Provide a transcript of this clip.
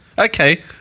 Okay